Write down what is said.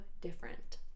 different